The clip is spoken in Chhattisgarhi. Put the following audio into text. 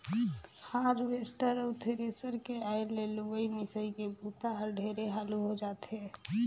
हारवेस्टर अउ थेरेसर के आए ले लुवई, मिंसई के बूता हर ढेरे हालू हो जाथे